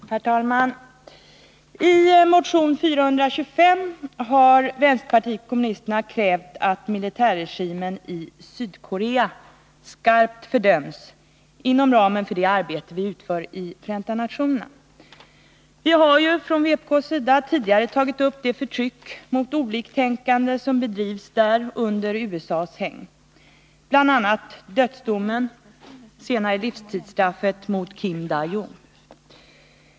Herr talman! I motion 425 har vänsterpartiet kommunisterna krävt att militärregimen i Sydkorea skarpt fördöms inom ramen för det arbete vi utför i Förenta nationerna. Vi har ju från vpk:s sida tidigare tagit upp det förtryck mot oliktänkande som bedrivs där under USA:s hägn, bl.a. dödsdomen, senare livstidsstraffet, mot Kim Dae Jung.